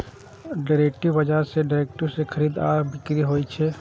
derivative बाजार मे derivative के खरीद आ बिक्री होइ छै